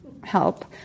help